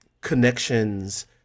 connections